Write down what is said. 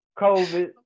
COVID